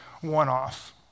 one-off